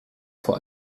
vor